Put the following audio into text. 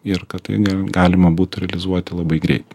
ir kad tai galima būtų realizuoti labai greit